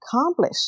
accomplish